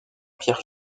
pierre